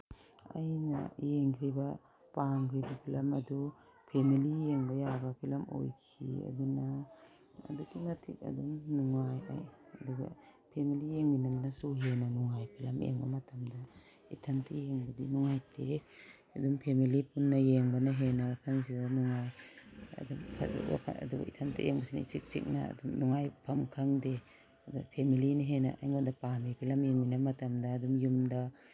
ꯑꯩꯅ ꯌꯦꯡꯒꯤꯕ ꯄꯥꯝꯒꯤꯕ ꯐꯤꯂꯝ ꯑꯗꯨ ꯐꯦꯃꯤꯂꯤ ꯌꯦꯡꯕ ꯌꯥꯕ ꯐꯤꯂꯝ ꯑꯣꯏꯈꯤ ꯑꯗꯨꯅ ꯑꯗꯨꯛꯀꯤ ꯃꯇꯤꯛ ꯑꯗꯨꯝ ꯅꯨꯡꯉꯥꯏ ꯑꯩ ꯑꯗꯨꯒ ꯐꯦꯃꯤꯂꯤ ꯌꯦꯡꯃꯤꯟꯅꯕꯅꯁꯨ ꯍꯦꯟꯅ ꯅꯨꯡꯉꯥꯏ ꯐꯤꯂꯝ ꯌꯦꯡꯕ ꯃꯇꯝꯗ ꯏꯊꯟꯇ ꯌꯦꯡꯕꯗꯤ ꯅꯨꯡꯉꯥꯏꯇꯦꯍꯦ ꯑꯗꯨꯝ ꯐꯦꯃꯤꯂꯤ ꯄꯨꯟꯅ ꯌꯦꯡꯕꯅ ꯍꯦꯟꯅ ꯋꯥꯈꯟꯁꯤꯗ ꯅꯨꯡꯉꯥꯏ ꯋꯥꯈꯟ ꯑꯗꯨ ꯏꯊꯟꯇ ꯌꯦꯡꯕꯁꯤꯅ ꯏꯆꯤꯛ ꯆꯤꯛꯅ ꯑꯗꯨꯝ ꯅꯨꯡꯉꯥꯏꯐꯝ ꯈꯪꯗꯦ ꯑꯗꯨ ꯐꯦꯃꯂꯤꯅ ꯍꯦꯟꯅ ꯑꯩꯉꯣꯟꯗ ꯄꯥꯝꯃꯤ ꯐꯤꯂꯝ ꯌꯦꯡꯃꯤꯟꯅ ꯃꯇꯝꯗ ꯑꯗꯨꯝ ꯌꯨꯝꯗ